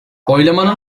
oylamanın